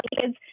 kids